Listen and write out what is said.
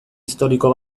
historiko